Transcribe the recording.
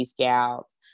scouts